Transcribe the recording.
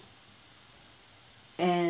and